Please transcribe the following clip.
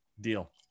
Deal